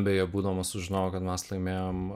beje būdamas sužinojau kad mes laimėjom